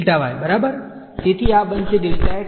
વિદ્યાર્થી બરાબર